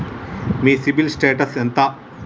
మీ CIBIL status ఎంత?